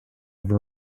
have